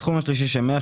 וזה סכום של 200?